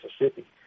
Mississippi